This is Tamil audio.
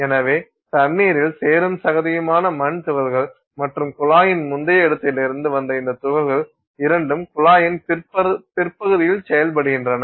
எனவே தண்ணீரில் சேறும் சகதியுமான மண் துகள்கள் மற்றும் குழாயின் முந்தைய இடத்திலிருந்து வந்த இந்த துகள்கள் இரண்டும் குழாயின் பிற்பகுதியில் செயல்படுகின்றன